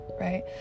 right